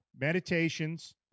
meditations